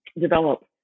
develop